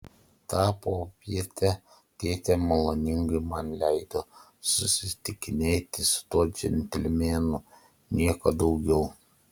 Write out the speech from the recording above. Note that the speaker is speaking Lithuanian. tą popietę tėtė maloningai man leido susitikinėti su tuo džentelmenu nieko daugiau